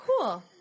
cool